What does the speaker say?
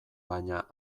baina